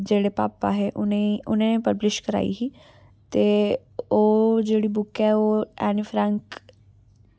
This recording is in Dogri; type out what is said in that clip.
जेह्ड़े पापा हे उ'नें गै उ'नें पब्लिश कराई ही ते ओह् जेह्ड़ी बुक ऐ ओह् ऐनी फ्रैंक